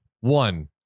one